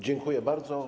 Dziękuję bardzo.